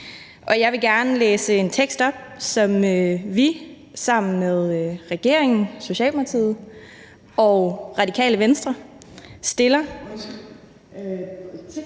Jeg vil gerne læse en tekst op, som vi sammen med regeringen, Socialdemokratiet, og Radikale Venstre ...